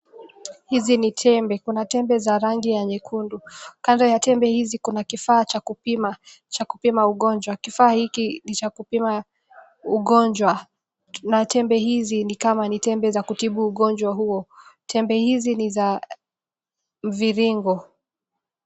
Hizi ni tembe, kuna tembe za rangi ya nyekundu. Kando ya tembe hizi kuna kifaa cha kupima, cha kupima ugonjwa, kifaa cha kupima ugonjwa na tembe hizi ni za kutibu ugonjwa huo. Tembe hizi ni za mvirigo.